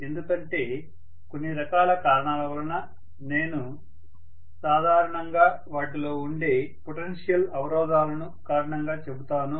ఎందుకంటే కొన్ని రకాల కారణాల వలన నేను సాధారణంగా వాటిలో ఉండే పొటెన్షియల్ అవరోధాలను కారణంగా చెబుతాను